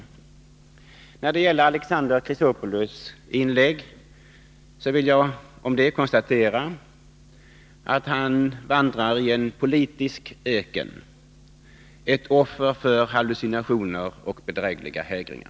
När det gäller Alexander Chrisopoulos inlägg vill jag konstatera att han vandrar i en politisk öken — ett offer för hallucinationer och bedrägliga hägringar.